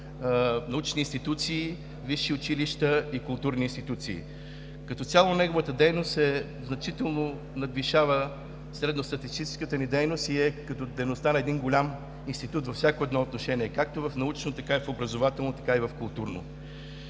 научни институции, висши училища и културни институции. Като цяло неговата дейност значително надвишава средностатистическата ни дейност и е като дейността на един голям институт във всяко едно отношение, както в научно, така и в образователно, така и в културно.